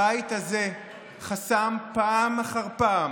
הבית הזה חסם פעם אחר פעם